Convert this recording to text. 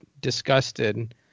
disgusted